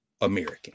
American